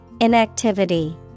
Inactivity